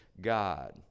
God